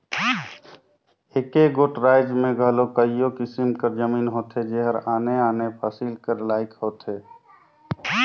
एके गोट राएज में घलो कइयो किसिम कर जमीन होथे जेहर आने आने फसिल कर लाइक होथे